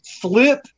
flip